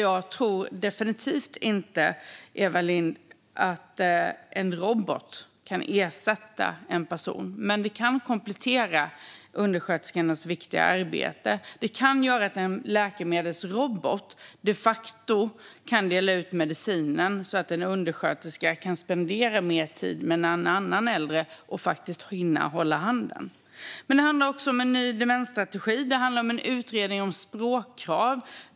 Jag tror definitivt inte, Eva Lindh, att en robot kan ersätta en person. Men tekniken kan komplettera undersköterskornas viktiga arbete. Den kan göra att en läkemedelsrobot de facto delar ut medicinen så att en undersköterska kan tillbringa mer tid med en annan äldre och hinna hålla handen. Det handlar också om en ny demensstrategi och om en utredning om språkkrav.